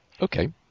Okay